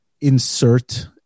insert